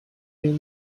监督